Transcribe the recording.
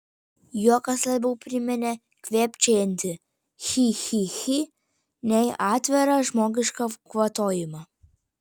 juokas labiau priminė kvėpčiojantį chi chi chi nei atvirą žmogišką kvatojimą